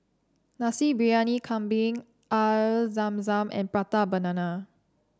Nasi Briyani Kambing Air Zam Zam and Prata Banana